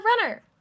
runner